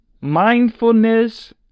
Mindfulness